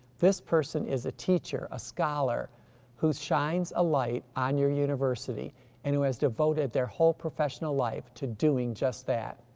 this person is a teacher, a scholar who shines a light on your university and who has devoted their whole professional life to doing just that.